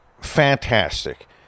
fantastic